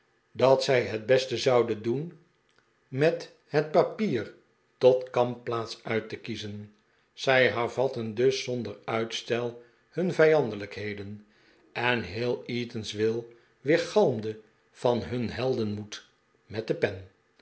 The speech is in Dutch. dat zij het beste zouden doen met het papier tot kampplaats uit te kiezen zij hervatten dus zonder uitstel hun vijandelijkheden en heel eatanswill weergalmde van hun heldenmoed met de pen